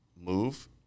move